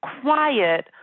quiet